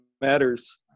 matters